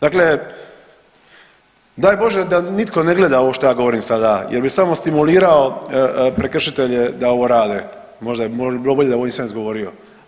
Dakle, daj Bože da nitko ne gleda ovo što ja govorim sada jer bi samo stimulirao prekršitelje da ovo rade, možda bi bilo bolje da ovo nisam izgovorio.